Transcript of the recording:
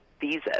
visas